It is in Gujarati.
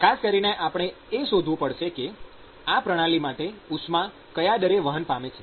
ખાસ કરીને આપણે એ શોધવું પડશે કે આ પ્રણાલી માટે ઉષ્મા કયા દરે વહન પામે છે